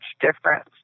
difference